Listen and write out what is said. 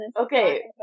Okay